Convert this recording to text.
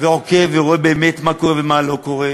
והוא עוקב ורואה מה באמת קורה ומה לא קורה,